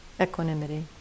equanimity